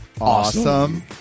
awesome